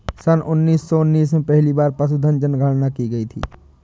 सन उन्नीस सौ उन्नीस में पहली बार पशुधन जनगणना की गई थी